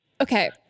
Okay